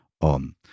On